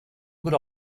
good